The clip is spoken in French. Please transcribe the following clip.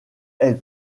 elle